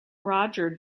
roger